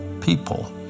people